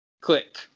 Click